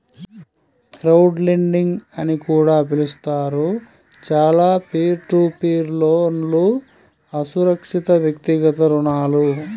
crowdlending అని కూడా పిలుస్తారు, చాలా పీర్ టు పీర్ లోన్లుఅసురక్షితవ్యక్తిగత రుణాలు